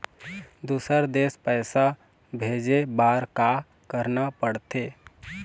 दुसर देश पैसा भेजे बार का करना पड़ते?